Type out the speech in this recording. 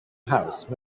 house